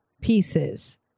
pieces